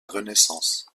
renaissance